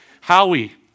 Howie